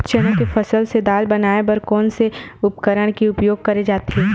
चना के फसल से दाल बनाये बर कोन से उपकरण के उपयोग करे जाथे?